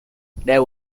there